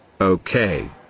okay